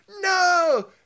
no